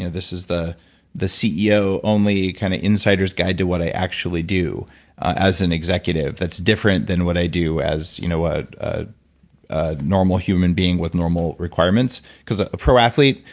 this is the the ceo only kind of insider's guide to what i actually do as an executive, that's different than what i do as you know a ah ah normal human being with normal requirements. because, a pro athlete,